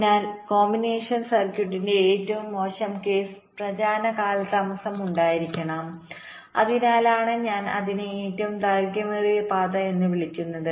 അതിനാൽ കോമ്പിനേഷണൽ സർക്യൂട്ടിന്റെ ഏറ്റവും മോശം കേസ് പ്രചാരണ കാലതാമസം ഉണ്ടായിരിക്കണം അതിനാലാണ് ഞാൻ അതിനെ ഏറ്റവും ദൈർഘ്യമേറിയ പാത എന്ന് വിളിക്കുന്നത്